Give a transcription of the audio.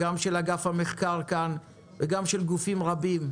גם של אגף המחקר כאן וגם של גופים רבים,